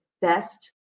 best